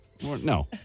No